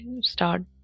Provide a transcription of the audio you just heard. start